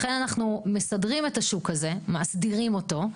לכן אנחנו מסדרים את השוק הזה, מהסדרים אותו,